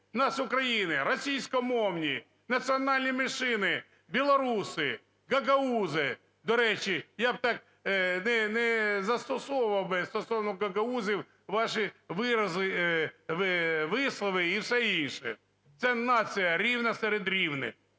нас в Україні: російськомовні, національні меншини, білоруси, гагаузи? До речі, я б так не застосовував би стосовно гагаузів ваші вирази, вислови і все інше. Це – нація, рівна серед рівних.